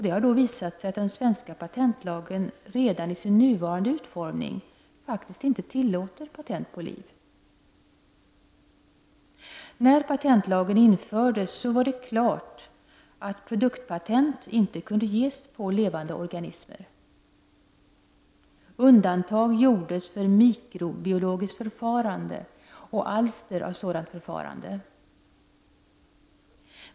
Det har då visat sig att den svenska patentlagen redan i sin nuvarande utformning faktiskt inte tillåter patent på liv. När patentlagen infördes, var det klart att produktpatent inte kunde ges på levande organismer. Undantag gjordes för mikrobiologiskt förfarande och alster av sådant förfarande.